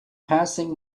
passing